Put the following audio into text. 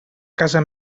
casa